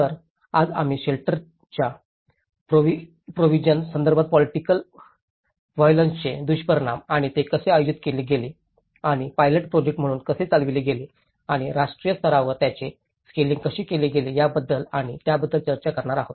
तर आज आम्ही शेल्टरच्या प्रोव्हिसिओनच्या संदर्भात पोलिटिकल व्हीओलेन्सचे दुष्परिणाम आणि ते कसे आयोजित केले गेले आणि पायलट प्रोजेक्ट म्हणून कसे चालविले गेले आणि राष्ट्रीय स्तरावर त्याचे स्केलेंग कसे केले गेले याबद्दल आणि त्याबद्दल चर्चा करणार आहोत